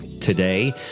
today